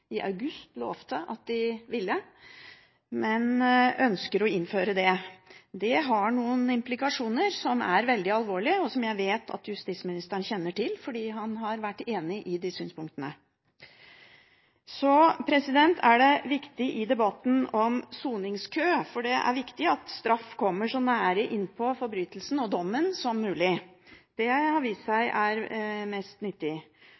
men ønsker å innføre det. Det har noen implikasjoner som er veldig alvorlige, og som jeg vet at justisministeren kjenner til, fordi han har vært enig i de synspunktene. Så til debatten om soningskø. Det er viktig at straff kommer så nær innpå forbrytelsen og dommen som mulig. Det har vist seg mest nyttig.